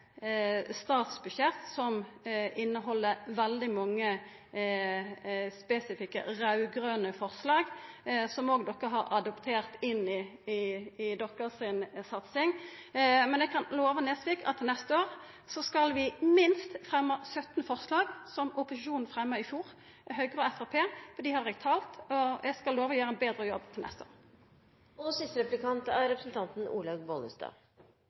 statsbudsjett som inneheld veldig mange spesifikke raud-grøne forslag, som den nye regjeringa har adoptert inn i satsinga si. Men eg kan lova Nesvik at til neste år skal vi minst fremma 17 forslag, slik Høgre og Framstegspartiet fremma i fjor – for dei har eg talt. Eg skal lova å gjera ein betre jobb til neste